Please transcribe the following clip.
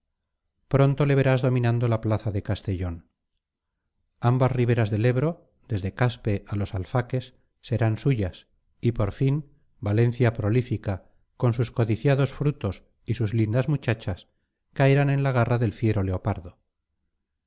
pronto le verás dominando la plaza de castellón ambas riberas del ebro desde caspe a los alfaques serán suyas y por fin valencia prolífica con sus codiciados frutos y sus lindas muchachas caerán en la garra del fiero leopardo